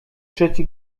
trzeci